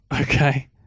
Okay